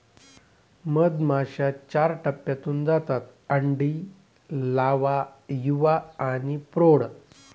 मधमाश्या चार टप्प्यांतून जातात अंडी, लावा, युवा आणि प्रौढ